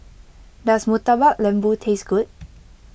does Murtabak Lembu taste good